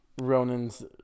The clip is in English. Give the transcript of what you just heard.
Ronan's